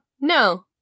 No